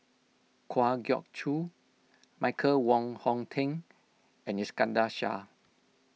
Kwa Geok Choo Michael Wong Hong Teng and Iskandar Shah